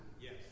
Yes